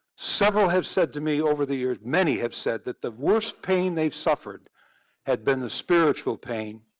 several have said to me over the years, many have said that the worst pain they've suffered had been the spiritual pain.